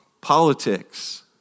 politics